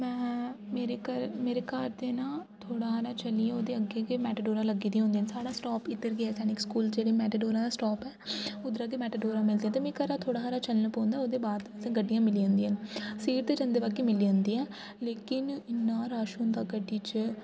में मेरे घर मेरे घर दे न थोह्ड़े हारा चलियै ओह्दे अग्गें गै मेटाडोरां लग्गी दियां होन्दियां न साढ़ा स्टॉप इद्धर गै सैनिक स्कूल जेह्ड़ी मेटाडोरां दा स्टॉप ऐ उद्धरा गै मेटाडोरा मिलदियां ते मिगी घरा थोह्ड़ा हारा चलना पौंदा ओह्दे बाद गड्डियां मिली जन्दिया न सीट ते जन्दे बाकी मिली जंदी ऐ लेकिन इ'न्ना रश होंदा गड्डी च